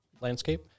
landscape